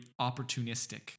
opportunistic